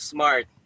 Smart